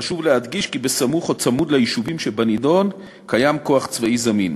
חשוב להדגיש כי בסמוך או צמוד ליישובים שבנדון קיים כוח צבאי זמין.